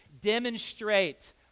demonstrate